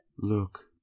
Look